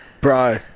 Bro